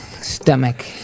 stomach